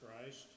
Christ